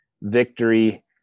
victory